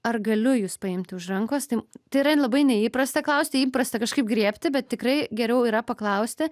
ar galiu jus paimti už rankos tai yra labai neįprasta klausti įprasta kažkaip griebti bet tikrai geriau yra paklausti